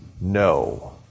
no